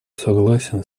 согласен